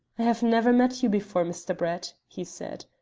i have never met you before, mr. brett, he said,